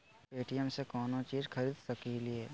Paytm से कौनो चीज खरीद सकी लिय?